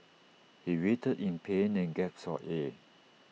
he writhed in pain and gasped for air